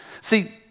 See